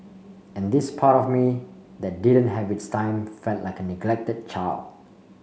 and this part of me that didn't have its time felt like a neglected child